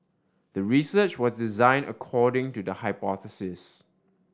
the research was designed according to the hypothesis